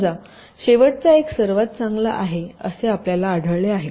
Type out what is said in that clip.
समजा शेवटचा एक सर्वात चांगला आहे असे आपल्याला आढळले आहे